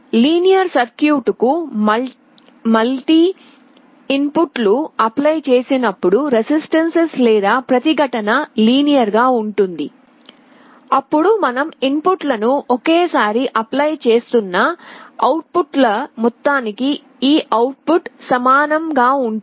linear సర్క్యూట్కు multi ఇన్పుట్లు apply చేసినపుడు రెసిస్టెన్సులు లేదా ప్రతిఘటన లీనియర్ గా ఉంటుంది అప్పుడు మనం ఇన్పుట్లను ఒకేసారి అప్లై చేస్తున్న అవుట్పుట్ల మొత్తానికి ఈ అవుట్పుట్ సమానం గా ఉంటుంది